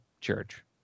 church